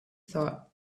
thought